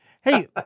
Hey